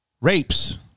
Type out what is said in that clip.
rapes